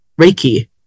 Reiki